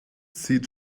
sieht